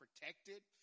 protected